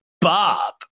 Bob